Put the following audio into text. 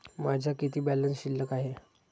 माझा किती बॅलन्स शिल्लक आहे?